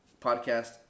podcast